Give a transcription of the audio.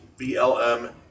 BLM